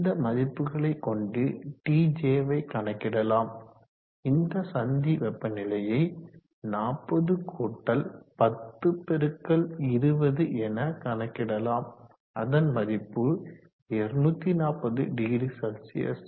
இந்த மதிப்புகளை கொண்டு TJ வை கணக்கிடலாம் இந்த சந்தி வெப்பநிலையை 40 கூட்டல் 10 பெருக்கல் 20 என கணக்கிடலாம்அதன் மதிப்பு 2400C